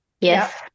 yes